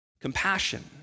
compassion